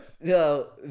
No